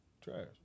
trash